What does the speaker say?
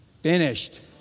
finished